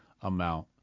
amount